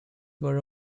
were